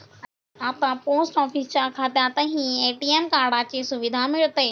आता पोस्ट ऑफिसच्या खात्यातही ए.टी.एम कार्डाची सुविधा मिळते